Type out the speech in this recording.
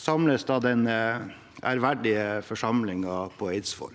samlet den ærverdige forsamlingen seg på Eidsvoll.